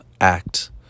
act